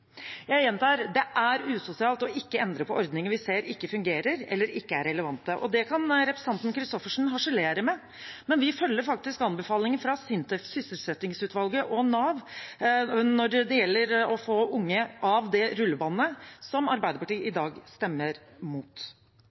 Jeg gjentar: Det er usosialt ikke å endre på ordninger vi ser ikke fungerer eller ikke er relevante. Det kan representanten Christoffersen harselere med, men vi følger faktisk anbefalinger fra SINTEF, Sysselsettingsutvalget og Nav når det gjelder å få unge av det rullebåndet, noe som Arbeiderpartiet i dag stemmer